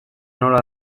nola